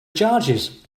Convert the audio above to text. charges